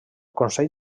consell